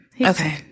Okay